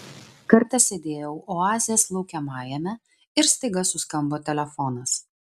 kartą sėdėjau oazės laukiamajame ir staiga suskambo telefonas